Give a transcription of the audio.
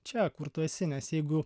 čia kur tu esi nes jeigu